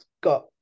got